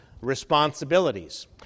responsibilities